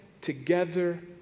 together